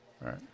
Right